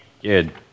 good